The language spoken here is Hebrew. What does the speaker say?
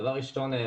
דבר ראשון,